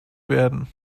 werden